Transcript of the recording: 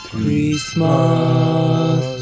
Christmas